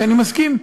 שאני מסכים,